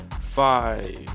five